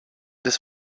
das